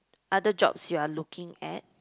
other jobs you are looking at